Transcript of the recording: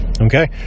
okay